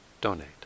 donate